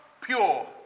pure